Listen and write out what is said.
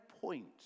point